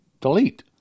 delete